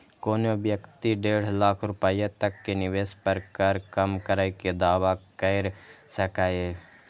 कोनो व्यक्ति डेढ़ लाख रुपैया तक के निवेश पर कर कम करै के दावा कैर सकैए